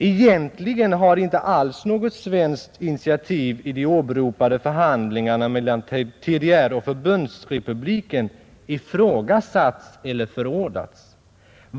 Egentligen har inte alls något svenskt initiativ i de åberopade förhandlingarna mellan TDR och förbundsrepubliken ifrågasatts eller förordats.